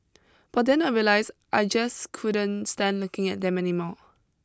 but then I realised I just couldn't stand looking at them anymore